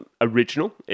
original